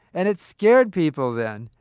and it scared people then.